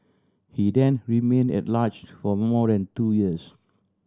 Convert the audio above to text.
he then remained at large for more than two years